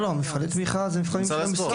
מבחני התמיכה הם מבחנים של משרד הספורט.